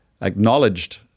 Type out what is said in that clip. acknowledged